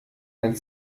ein